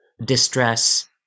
distress